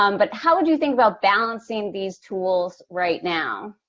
um but how would you think about balancing these tools right now?